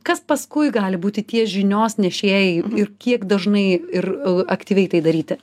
kas paskui gali būti tie žinios nešėjai ir kiek dažnai ir aktyviai tai daryti